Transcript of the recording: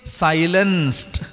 silenced